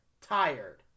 tired